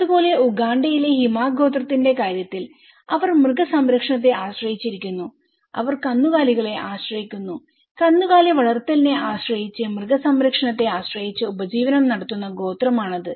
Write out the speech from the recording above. അതുപോലെ ഉഗാണ്ടയിലെ ഹിമ ഗോത്രത്തിന്റെ കാര്യത്തിൽ അവർ മൃഗസംരക്ഷണത്തെ ആശ്രയിച്ചിരിക്കുന്നു അവർ കന്നുകാലികളെ ആശ്രയിക്കുന്നു കന്നുകാലി വളർത്തലിനെ ആശ്രയിച്ച് മൃഗസംരക്ഷണത്തെ ആശ്രയിച്ച് ഉപജീവനം നടത്തുന്ന ഗോത്രം ആണത്